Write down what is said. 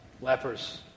lepers